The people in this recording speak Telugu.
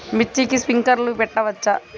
మిర్చికి స్ప్రింక్లర్లు పెట్టవచ్చా?